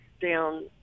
down